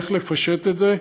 איך לפשט את זה.